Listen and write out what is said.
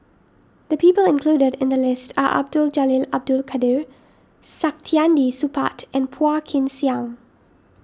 the people included in the list are Abdul Jalil Abdul Kadir Saktiandi Supaat and Phua Kin Siang